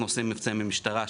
אנחנו עושים מבצעים עם המשטרה,